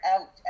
out